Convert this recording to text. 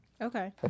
Okay